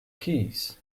keys